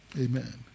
Amen